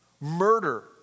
Murder